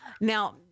now